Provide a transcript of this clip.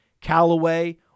Callaway